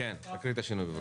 מה קרה פה?